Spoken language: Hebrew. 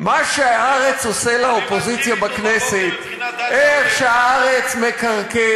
מה ש"הארץ" עושה לאופוזיציה, אני מתחיל אתו בבוקר,